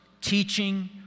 teaching